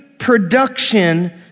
Production